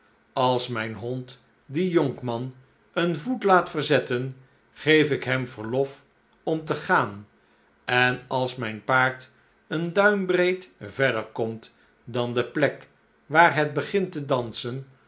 als mijn hond dien jonkman een voet laat verzetten geef ik hem verlof omte gaan en als mijn paard een duimbreed verder komt dan de plek waar het begint te dansen